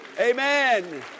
Amen